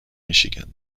michigan